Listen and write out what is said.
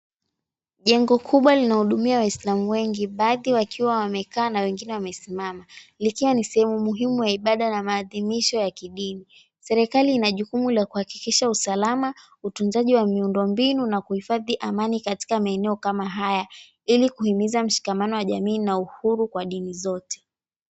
Jengo kubwa linahudumia waislamu wengi, baadhi wakiwa wamekaa na wengine wamesimama likiwa ni sehemu muhimu la ibada na maadhimisho ya kidini. Serikali ina jukumu la kuhakikisha usalama, utunzaji wa miundombinu na kuhifadhi amani katika maeneo kama haya ili kuhimiza mshikamano wa jamii na uhuru katika dini zote.